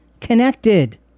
connected